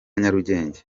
nyarugenge